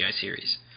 series